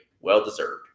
Well-deserved